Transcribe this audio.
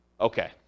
okay